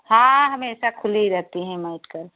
हाँ हमेशा खुली रहती हैं मेडिकल